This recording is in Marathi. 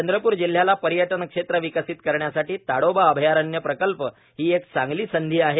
चंद्रप्र जिल्हयाला पर्यटन क्षेत्र विकसीत करण्यासाठी ताडोबा अभ्यारण्य प्रकल्प ही एक चांगली संधी आहे